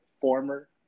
former